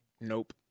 Nope